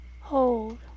Hold